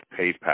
PayPal